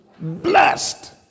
Blessed